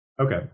Okay